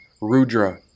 Rudra